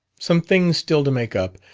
some things still to make up.